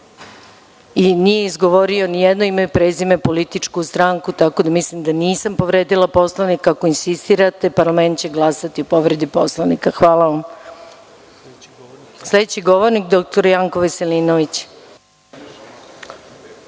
i nije izgovorio ni jedno ime i prezime, političku stranku. Mislim da nisam povredila Poslovnik. Ako insistirate parlament će glasati o povredi Poslovnika. Hvala vam. Sledeći govornik dr Janko Veselinović.